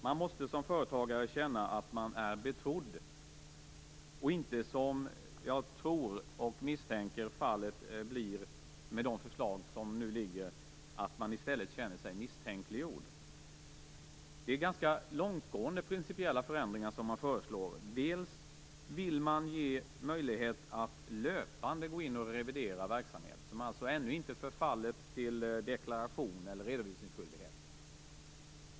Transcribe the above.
Man måste som företagare känna att man är betrodd och inte som jag tror och misstänker att fallet blir med de förslag som nu föreligger att man i stället känner sig misstänkliggjord. Det är ganska långtgående principiella förändringar som man föreslår. Bl.a. vill man ge möjlighet för löpande revidering av verksamhet, som alltså ännu inte har förfallit till deklaration eller redovisningsskyldighet.